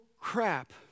crap